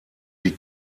die